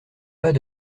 pas